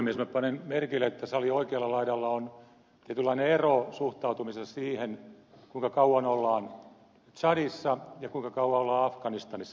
minä panen merkille että salin oikealla laidalla on tietynlainen ero suhtautumisessa siihen kuinka kauan ollaan tsadissa ja kuinka kauan ollaan afganistanissa